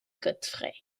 godfrey